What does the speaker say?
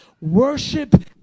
Worship